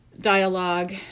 dialogue